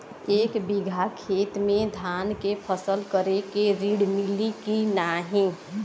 एक बिघा खेत मे धान के फसल करे के ऋण मिली की नाही?